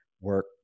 work